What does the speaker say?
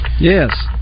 Yes